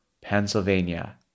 Pennsylvania